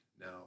now